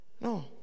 No